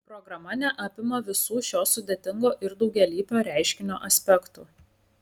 programa neapima visų šio sudėtingo ir daugialypio reiškinio aspektų